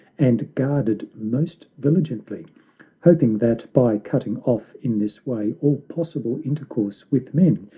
and guarded most vigilantly, hoping that by cutting off in this way all possible intercourse with men,